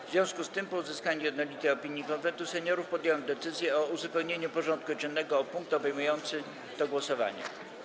W związku z tym, po uzyskaniu jednolitej opinii Konwentu Seniorów, podjąłem decyzję o uzupełnieniu porządku dziennego o punkt obejmujący to głosowanie.